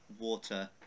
water